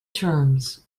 terms